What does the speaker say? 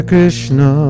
Krishna